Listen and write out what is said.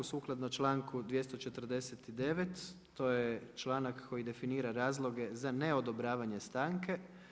Sukladno članku 249. to je članak koji definira razloge za neodobravanje stanke.